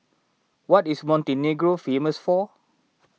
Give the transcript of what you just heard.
what is Montenegro famous for